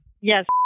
Yes